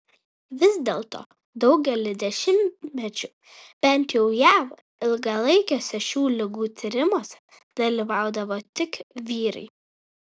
vis dėlto daugelį dešimtmečių bent jau jav ilgalaikiuose šių ligų tyrimuose dalyvaudavo tik vyrai